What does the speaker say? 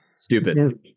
stupid